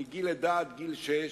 מגיל לידה עד גיל שש,